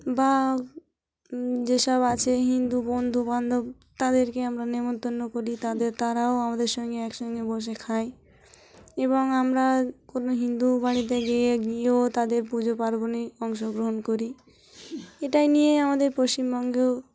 বা যেসব আছে হিন্দু বন্ধুবান্ধব তাদেরকে আমরা নেমন্তন্ন করি তাদের তারাও আমাদের সঙ্গে একসঙ্গে বসে খায় এবং আমরা কোনো হিন্দু বাড়িতে গিয়ে গিয়েও তাদের পুজো পার্বণে অংশগ্রহণ করি এটাই নিয়ে আমাদের পশ্চিমবঙ্গেও